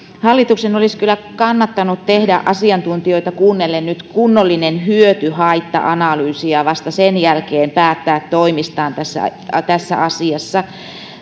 hallituksen olisi kyllä kannattanut tehdä asiantuntijoita kuunnellen nyt kunnollinen hyöty haitta analyysi ja vasta sen jälkeen päättää toimistaan tässä tässä asiassa